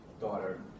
daughter